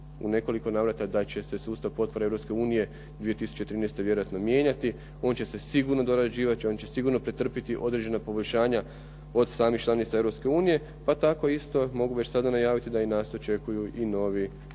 u nekoliko navrata da će se sustav potpora Europske unije 2013. vjerojatno mijenjati. On će se sigurno dorađivati, on će sigurno pretrpjeti određena poboljšanja od samih članica Europske unije, pa tako isto mogu već sada najaviti da i nas očekuju i novi modeli,